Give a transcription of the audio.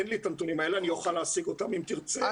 אני אוכל להשיג אותם אם תרצה,